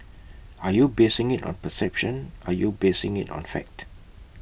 are you basing IT on perception are you basing IT on fact